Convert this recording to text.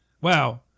Wow